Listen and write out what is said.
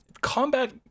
combat